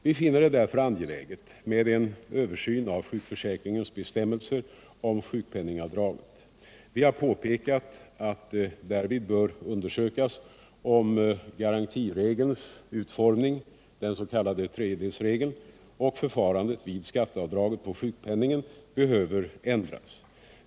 Vi finner det därför angeläget med en översyn av sjukförsäkringens bestämmelser om sjukpenningavdraget. Vi har påpekat att det därvid bör undersökas om garantiregelns utformning, den s.k. tredjedelsregeln, och förfarandet vid skatteavdraget på sjukpenningen behöver ändras.